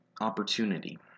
opportunity